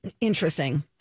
interesting